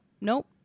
Nope